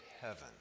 heaven